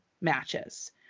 matches